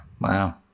Wow